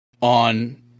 on